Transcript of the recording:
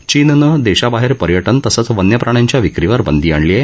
चीननं देशाबाहेर पर्याज तसंच वन्य प्राण्यांच्या विक्रीवर बंदी आणली आहे